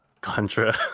Contra